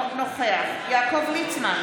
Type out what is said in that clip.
אינו נוכח יעקב ליצמן,